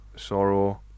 Sorrow